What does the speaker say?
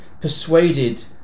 persuaded